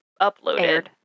uploaded